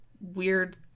weird